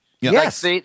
Yes